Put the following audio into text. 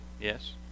Yes